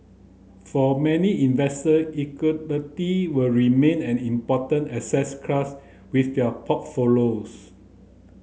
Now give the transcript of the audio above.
for many investor will remain an important asset class with their portfolios